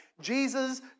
Jesus